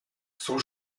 sont